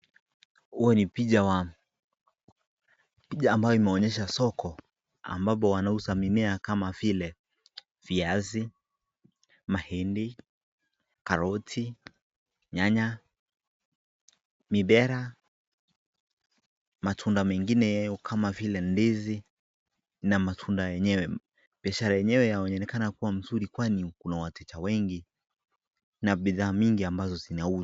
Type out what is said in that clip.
Huo ni picha. Picha ambayo umeonyesha soko ambapo wanauza mimmea kama vile viazi, mahindi , karoti, nyanya, mipera, matunda mengine kama vile ndizi na matunda yenyewe. Biashara yenyewe inaonekana kuwa mzuri kwani kuna wateja wengi na bidhaa mingi ambazo zinauzwa.